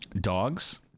dogs